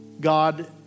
God